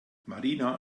marina